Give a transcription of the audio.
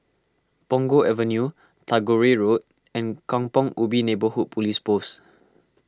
Punggol Avenue Tagore Road and Kampong Ubi Neighbourhood Police Post